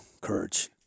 Courage